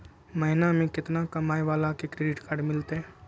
महीना में केतना कमाय वाला के क्रेडिट कार्ड मिलतै?